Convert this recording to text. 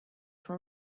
from